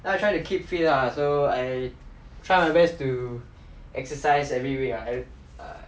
so I'm trying to keep fit lah so I try my best to exercise every week ah